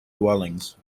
dwellings